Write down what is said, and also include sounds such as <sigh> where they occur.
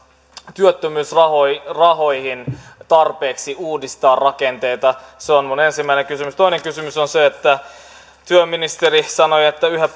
työttömyysrahoihin tarpeeksi uudistaa rakenteita se on minun ensimmäinen kysymykseni toinen kysymys työministeri sanoi että yhä <unintelligible>